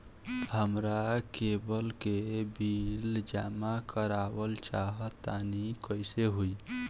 हमरा केबल के बिल जमा करावल चहा तनि कइसे होई?